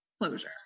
closure